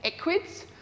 equids